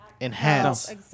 enhance